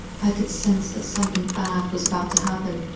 i could sense that something bad was about to happen,